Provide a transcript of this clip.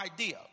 idea